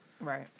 Right